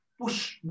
push